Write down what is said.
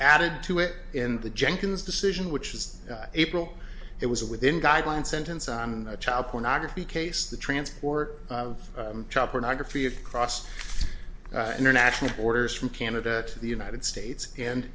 added to it in the jenkins decision which is april it was within guidelines sentence on the child pornography case the transport of child pornography of cross international borders from canada to the united states and